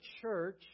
church